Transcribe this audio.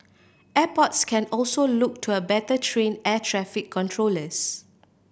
airports can also look to a better train air traffic controllers